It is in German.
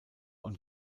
und